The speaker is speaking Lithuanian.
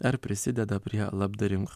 ar prisideda prie labdaringo